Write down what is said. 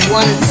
one